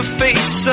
face